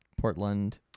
Portland